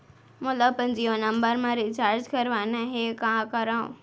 मोला अपन जियो नंबर म रिचार्ज करवाना हे, का करव?